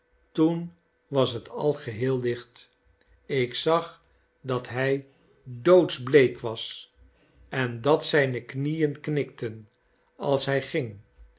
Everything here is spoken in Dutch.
toen was het al geheel licht ik zag dat hij doodsbleek was en dat zijne knieen knikten als hij ging